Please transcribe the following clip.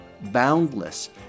boundless